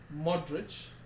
Modric